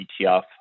ETF